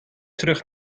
terug